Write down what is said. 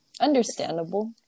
Understandable